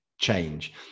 change